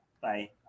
Bye